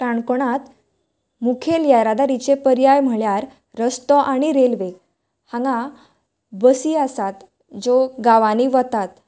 काणकोणात मूखेल येरादारीचे पर्याय म्हणल्यार रसेतो आनी रेल्वे हांगा बसी आसात ज्यो गावांनी वतात